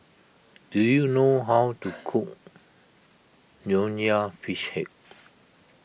do you know how to cook Nonya Fish Head